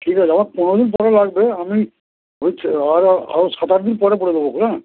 ঠিক আছে আমার পনেরো দিন পরে লাগবে আমি ওই হচ্ছে আর সাত আট দিন পরে বলে দেবো হ্যাঁ